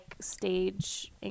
stage